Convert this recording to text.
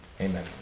Amen